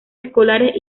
escolares